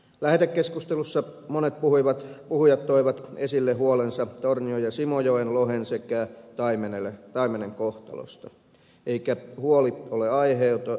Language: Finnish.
lähetekeskustelussa monet puhujat toivat esille huolensa tornion ja simojoen lohen sekä taimenen kohtalosta eikä huoli ole aiheeton